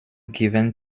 given